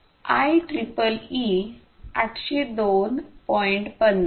आयट्रिपलटीई 802